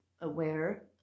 aware